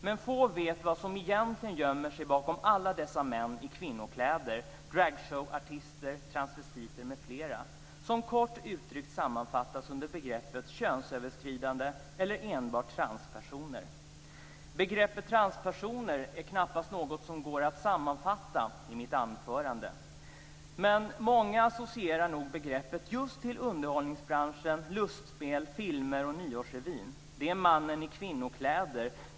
Men få vet vad som egentligen gömmer sig bakom alla dessa män i kvinnokläder - dragshowartister, transvestiter m.fl. - som kort uttryckt sammanfattas under begreppen könsöverskridande eller transpersoner. Begreppet transpersoner är knappast något som går att sammanfatta i mitt anförande, men många associerar nog begreppet just till underhållningsbranschen, till lustspel, till filmer och till nyårsrevyn. Det är mannen i kvinnokläder.